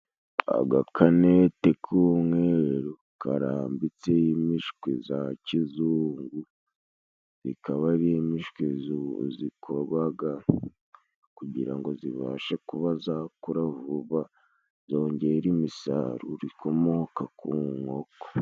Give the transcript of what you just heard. Agakanete k'umweru karambitseho imishwi za kizungu, zikaba ari imishwi zikogwaga kugira ngo zibashe kuba zakura vuba, zongera imisaruro ikomoka ku nkoko.